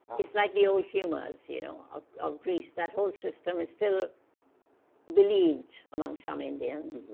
it's like the old humors you know ah of greece that whole system is still believed among some indians,